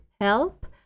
help